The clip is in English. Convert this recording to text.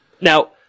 Now